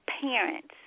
parents